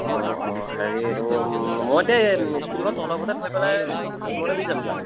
অ অ হেৰি এইটো মই তেতিয়া এই স্কুটিখন তহঁতৰ ঘৰতে থৈ পেলাই তোৰ লগতে গুচি যামগৈ আৰু